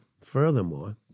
Furthermore